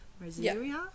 Rosaria